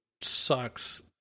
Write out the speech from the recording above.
sucks